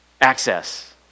access